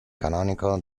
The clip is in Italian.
canonico